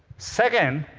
second,